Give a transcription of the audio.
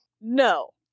No